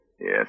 Yes